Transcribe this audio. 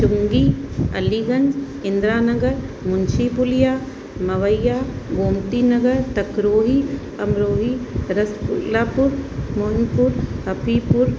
Chungi Aliganj Indira Nagar Munshipulia Mawaiya Gomti Nagar Takrohi Amrohi Rasgullapur Monpur Hafipur